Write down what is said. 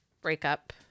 breakup